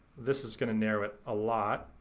this is gonna narrow it a lot,